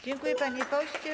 Dziękuję, panie pośle.